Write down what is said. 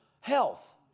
health